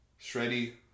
shreddy